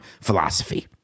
philosophy